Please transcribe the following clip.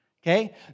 okay